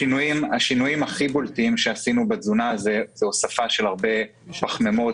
השינויים הכי בולטים שעשינו בתזונה זה הוספה של הרבה פחמימות,